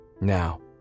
now